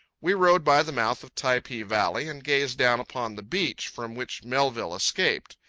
we rode by the mouth of typee valley and gazed down upon the beach from which melville escaped.